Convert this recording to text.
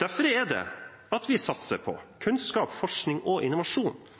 Derfor satser vi på kunnskap, forskning og innovasjon. Det er derfor vi bygger mer vei, at vi styrker den sosiale sikkerhetstrampolinen, og